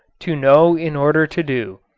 to know in order to do.